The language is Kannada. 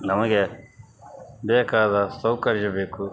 ನಮಗೆ ಬೇಕಾದ ಸೌಕರ್ಯ ಬೇಕು